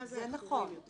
זה נכון.